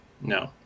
No